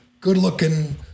good-looking